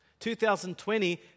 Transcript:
2020